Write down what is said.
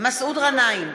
מסעוד גנאים,